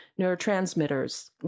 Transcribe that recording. neurotransmitters